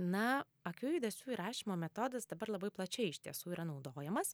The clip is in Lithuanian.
na akių judesių įrašymo metodas dabar labai plačiai iš tiesų yra naudojamas